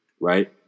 right